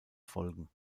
folgen